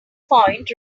point